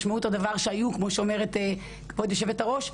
משמעות הדבר שכמו שאומרת כבוד יושבת הראש,